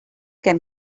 can